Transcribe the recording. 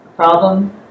Problem